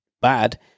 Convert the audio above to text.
bad